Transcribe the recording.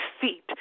feet